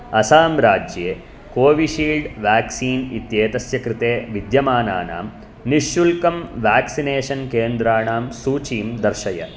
असां राज्ये Covishield vaccine इत्येतस्य कृते विद्यमानानां निःशुल्कं वेक्सिनेषन् केन्द्राणां सूचीं दर्शय